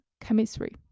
chemistry